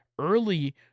early